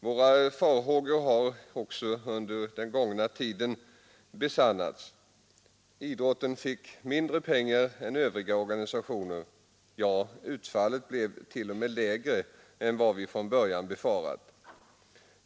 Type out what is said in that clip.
Våra farhågor har också under den gångna tiden besannats. Idrotten fick mindre pengar än övriga organisationer — ja, utfallet blev t.o.m. lägre än vi från början befarat.